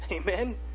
Amen